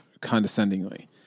condescendingly